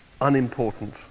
unimportant